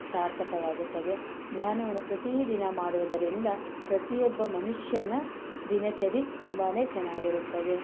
ಸಾರ್ಥಕವಾಗುತ್ತದೆ ಧ್ಯಾನವನ್ನು ಪ್ರತಿದಿನ ಮಾಡುವುದರಿಂದ ಪ್ರತಿಯೊಬ್ಬ ಮನುಷ್ಯನ ದಿನಚರಿ ತುಂಬನೇ ಚೆನ್ನಾಗಿರುತ್ತದೆ